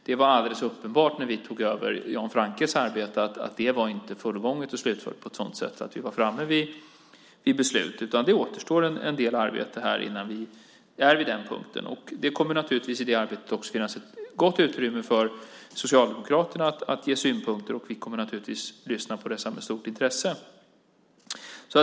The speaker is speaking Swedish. Det var alldeles uppenbart när vi tog över Jan Franckes arbete att det inte var fullgånget och slutfört på ett sådant sätt att vi var framme vid beslut, utan det återstår en del arbete innan vi är vid den punkten. Det kommer naturligtvis i detta arbete att finnas ett gott utrymme för Socialdemokraterna att ge synpunkter. Och vi kommer naturligtvis att lyssna på dem med stort intresse.